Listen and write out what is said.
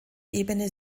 ebene